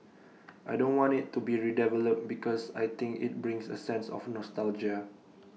I don't want IT to be redeveloped because I think IT brings A sense of nostalgia